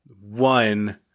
one